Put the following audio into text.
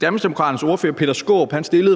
Danmarksdemokraternes ordfører, Peter Skaarup, stillede